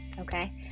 okay